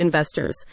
investors